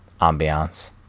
ambiance